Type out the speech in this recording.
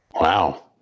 Wow